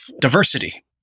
diversity